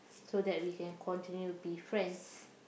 so that we can continue be friends